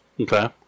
Okay